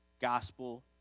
gospel